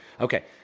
Okay